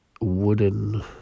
wooden